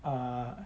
uh